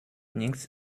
nichts